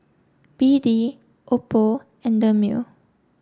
B D Oppo and Dermale